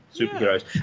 superheroes